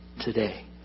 today